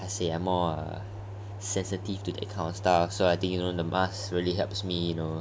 how to say ah more sensitive to that kind of stuff so I think you know the mask really helps me you know